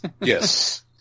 Yes